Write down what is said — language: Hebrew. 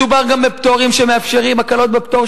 מדובר גם בפטורים שמאפשרים הקלות בפטור,